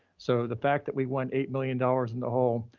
so the fact that we won eight million dollars in the hole,